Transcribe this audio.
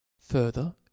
Further